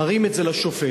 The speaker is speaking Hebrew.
מראים את זה לשופט